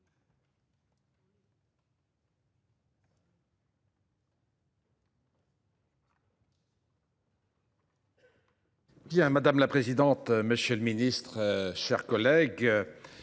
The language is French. Madame la présidente, monsieur le ministre, mes chers collègues,